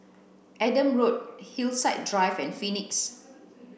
Adam Hillside Drive and Phoenix